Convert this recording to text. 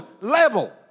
level